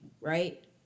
right